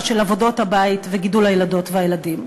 של עבודות הבית וגידול הילדות והילדים.